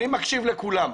אני מקשיב לכולם.